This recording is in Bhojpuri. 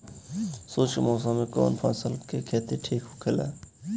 शुष्क मौसम में कउन फसल के खेती ठीक होखेला?